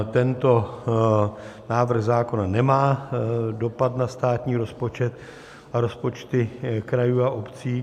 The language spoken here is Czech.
Tento návrh zákona nemá dopad na státní rozpočet a rozpočty krajů a obcí.